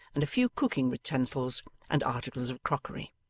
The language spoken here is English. and a few cooking-utensils and articles of crockery.